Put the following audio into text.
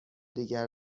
دیگر